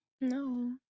No